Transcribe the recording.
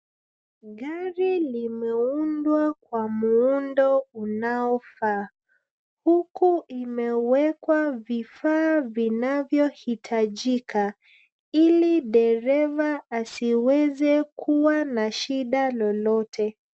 Gari limeundwa kwa muundo unaofaa, huku imewekwa vifaa vinavyohitajika, ili dereva asiweze kuwa na shida lolote.